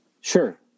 Sure